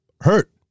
hurt